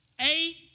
eight